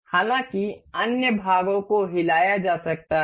हालांकि अन्य भागों को हिलाया जा सकता है